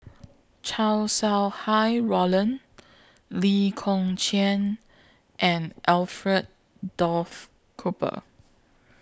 Chow Sau Hai Roland Lee Kong Chian and Alfred Duff Cooper